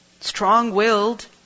strong-willed